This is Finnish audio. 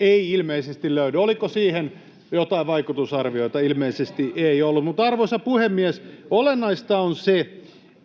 Ei ilmeisesti löydy. Oliko siihen joitain vaikutusarvioita? Ilmeisesti ei ollut. Arvoisa puhemies!